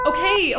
Okay